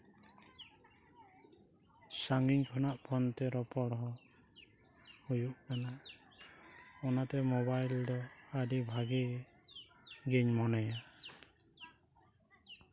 ᱥᱟᱺᱜᱤᱧ ᱠᱷᱚᱱᱟᱜ ᱯᱷᱳᱱᱛᱮ ᱨᱚᱯᱚᱲ ᱦᱩᱭᱩᱜ ᱠᱟᱱᱟ ᱚᱱᱟᱛᱮ ᱢᱳᱵᱟᱭᱤᱞ ᱫᱚ ᱟᱹᱰᱤ ᱵᱷᱟᱜᱮ ᱜᱮᱧ ᱢᱚᱱᱮᱭᱟ